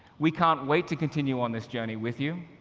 we can't wait to continue on this journey with you.